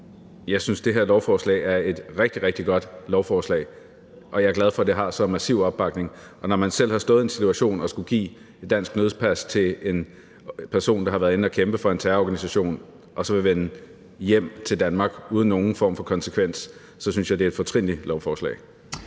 Jeg synes, det her lovforslag er et rigtig, rigtig godt lovforslag, og jeg er glad for, at det har så massiv opbakning. Når man selv har stået i den situation at skulle give et dansk nødpas til en person, der har været inde at kæmpe for en terrororganisation, og som vil vende hjem til Danmark uden nogen form for konsekvens, synes jeg, det er et fortrinligt lovforslag.